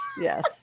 yes